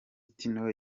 tino